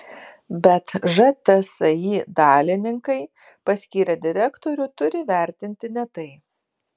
bet žtsi dalininkai paskyrę direktorių turi vertinti ne tai